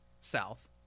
south